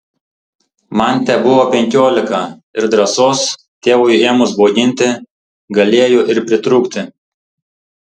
man tebuvo penkiolika ir drąsos tėvui ėmus bauginti galėjo ir pritrūkti